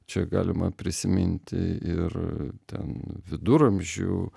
čia galima prisiminti ir ten viduramžių